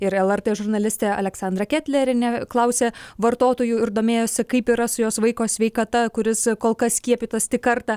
ir lrt žurnalistė aleksandra ketlerienė klausė vartotojų ir domėjosi kaip yra su jos vaiko sveikata kuris kol kas skiepytas tik kartą